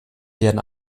werden